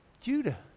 Judah